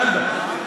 מוזלבט.